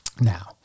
now